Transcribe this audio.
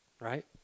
right